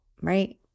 Right